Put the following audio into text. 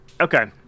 Okay